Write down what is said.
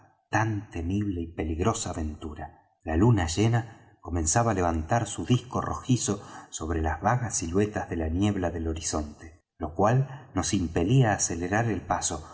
tan temible y peligrosa aventura la luna llena comenzaba á levantar su disco rojizo sobre las vagas siluetas de las nieblas del horizonte lo cual nos impelía á acelerar el paso